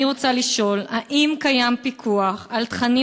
אני רוצה לשאול: 1. האם קיים פיקוח על תכנים